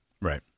Right